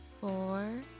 four